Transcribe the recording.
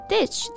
Ditch